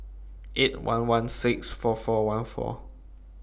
eight one one six four four one four